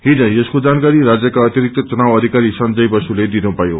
हिज यसको जानकारी राज्यका अतिरिक्त चुनाव गधिकारी संजय बसुले दिनुभयो